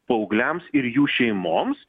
paaugliams ir jų šeimoms